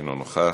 לא נוכח.